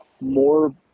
more